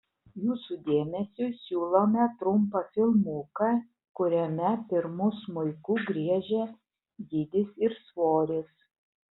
jūsų dėmesiui siūlome trumpą filmuką kuriame pirmu smuiku griežia dydis ir svoris